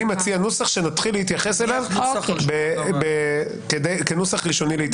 אני מציע נוסח שנתחיל להתייחס אליו כנוסח ראשוני.